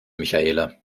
michaela